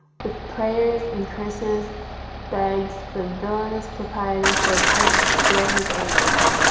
with prayers and curses begs the villainous proprietor for a pipe to still his anguish.